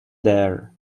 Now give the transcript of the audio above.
there